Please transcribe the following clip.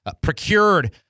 procured